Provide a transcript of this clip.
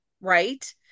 right